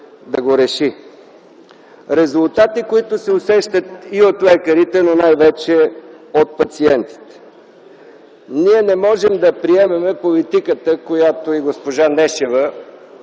да ги реши. Това са резултати, които се усещат и от лекарите, но най-вече от пациентите. Ние не можем да приемем политиката, която и госпожа Нешева